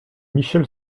michel